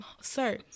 sir